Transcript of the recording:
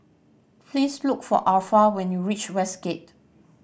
please look for Alpha when you reach Westgate